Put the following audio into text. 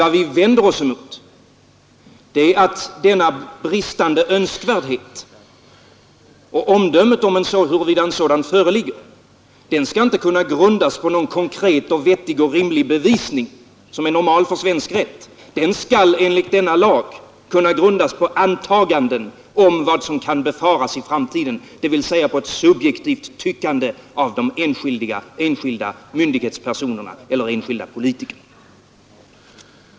Vad vi vänder oss emot är att denna bristande önskvärdhet och omdömet om huruvida en sådan föreligger inte skall kunna grundas på någon konkret, vettig och rimlig bevisning som är normal för svensk rätt; den skall enligt denna lag kunna grundas på antaganden om vad som kan befaras i framtiden, dvs. på ett subjektivt tyckande av enskilda myndigheter eller politiker.